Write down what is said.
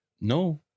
No